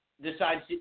decides